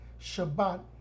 Shabbat